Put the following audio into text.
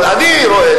אבל אני רואה,